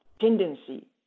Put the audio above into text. tendency